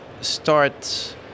start